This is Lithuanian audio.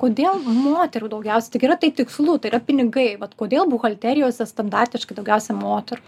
kodėl moterų daugiausia taigi yra taip tikslu tai yra pinigai vat kodėl buhalterijose standartiškai daugiausia moterų